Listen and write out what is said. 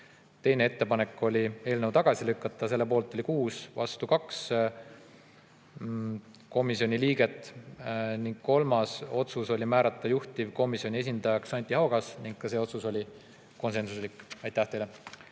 Teine ettepanek oli eelnõu tagasi lükata, selle poolt oli 6, vastu 2 komisjoni liiget. Ning kolmas otsus oli määrata juhtivkomisjoni esindajaks Anti Haugas, ka see otsus oli konsensuslik. Aitäh teile!